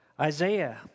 Isaiah